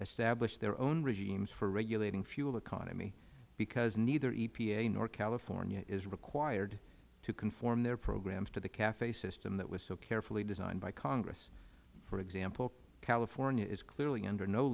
establish their own regimes for regulating fuel economy because neither epa nor california is required to conform their programs to the cafe system that was so carefully designed by congress for example california is clearly under no